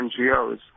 NGOs